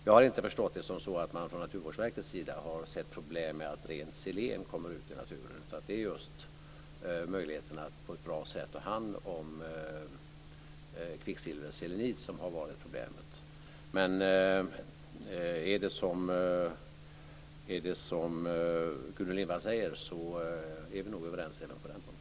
Jag har inte förstått det så att Naturvårdsverket har sett problem med att rent selen kommer ut i naturen, utan att det är just möjligheten att på ett bra sätt ta hand om kvicksilverselenid som har varit problemet. Men om det är som Gudrun Lindvall säger, är vi nog överens även på den punkten.